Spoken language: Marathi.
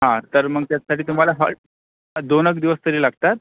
हां तर मग त्याच्यासाठी तुम्हाला हॉल्ट दोन एक दिवस तरी लागतात